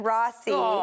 Rossi